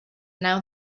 now